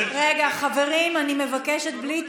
רגע, חברים, אני מבקשת, בלי התפרצויות.